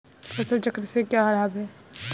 फसल चक्र के क्या लाभ हैं?